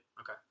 Okay